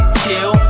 chill